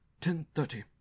Ten-thirty